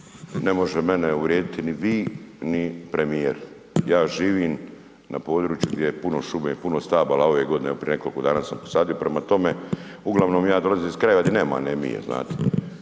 Ne može mene uvrijediti ni vi, ni premijer, ja živim na području gdje je puno šume, puno stabala, ove godine prije nekoliko dana sam posadio, prema tome uglavnom ja dolazim iz krajeva di nema anemije znate,